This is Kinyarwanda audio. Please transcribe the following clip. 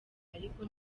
ariko